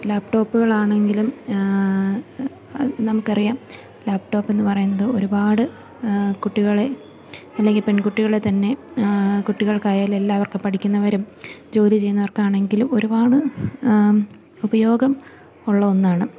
ലാപ്ടോപ്പുകളാണെങ്കിലും നമുക്കറിയാം ലാപ്ടോപ്പ് എന്ന് പറയുന്നത് ഒരുപാട് കുട്ടികളെ അല്ലെങ്കിൽ പെൺകുട്ടികളെ തന്നെ കുട്ടികൾക്കായാലും എല്ലാവർക്കും പഠിക്കുന്നവരും ജോലി ചെയ്യുന്നവർക്കാണെങ്കിലും ഒരുപാട് ഉപയോഗം ഉള്ള ഒന്നാണ്